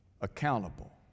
accountable